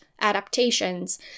adaptations